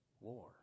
war